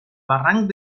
barranc